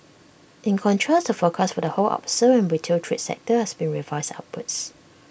in contrast the forecast for the wholesale and retail trade sector has been revised upwards